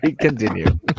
Continue